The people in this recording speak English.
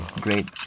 Great